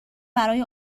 برای